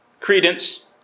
credence